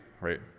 right